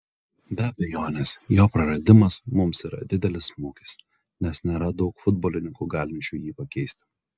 be abejonės jo praradimas mums yra didelis smūgis nes nėra daug futbolininkų galinčių jį pakeisti